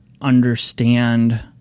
understand